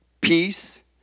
peace